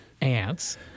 ants